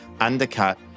undercut